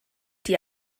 die